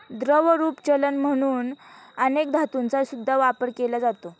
द्रवरूप चलन म्हणून अनेक धातूंचा सुद्धा वापर केला जातो